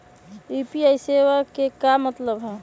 UPI सेवा के का मतलब है?